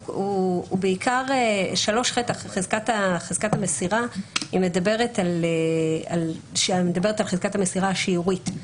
ב-3ח חזקת המסירה מדברת על חזקת מסירה שיורית.